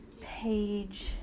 page